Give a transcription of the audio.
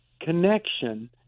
connection